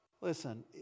listen